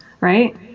right